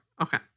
Okay